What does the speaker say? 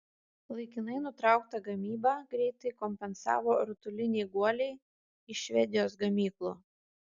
laikinai nutrauktą gamybą greitai kompensavo rutuliniai guoliai iš švedijos gamyklų